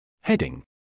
Heading